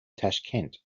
tashkent